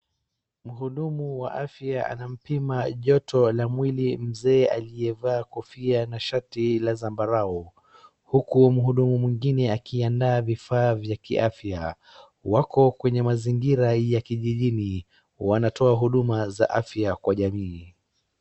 Mhudumu wa afya anampima joto la mwili mzee aliyevaa kofia na shati la zambarau huku mhudumu mwingine akiandaa vifaa vya kiafya. Wako kwenye mazingira ya kijijini wanatoa huduma za afya kwa jamii.